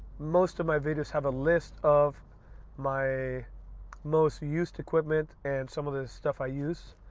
most of my videos have a list of my most used equipment and some of the stuff i use.